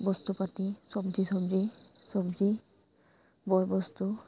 বস্তু পাতি চব্জি চব্জি চব্জি বয়বস্তু